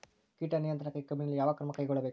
ಕೇಟ ನಿಯಂತ್ರಣಕ್ಕಾಗಿ ಕಬ್ಬಿನಲ್ಲಿ ಯಾವ ಕ್ರಮ ಕೈಗೊಳ್ಳಬೇಕು?